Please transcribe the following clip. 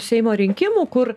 seimo rinkimų kur